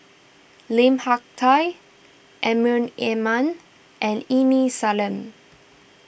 Lim Hak Tai Amrin Amin and Aini Salim